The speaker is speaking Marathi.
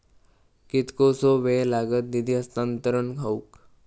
कितकोसो वेळ लागत निधी हस्तांतरण हौक?